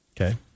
Okay